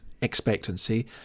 expectancy